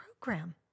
program